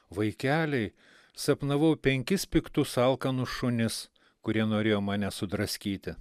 vaikeliai sapnavau penkis piktus alkanus šunis kurie norėjo mane sudraskyti